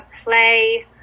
play